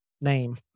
name